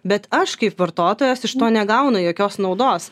bet aš kaip vartotojas iš to negaunu jokios naudos